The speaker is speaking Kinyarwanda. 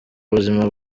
buzima